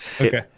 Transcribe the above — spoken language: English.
Okay